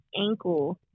ankle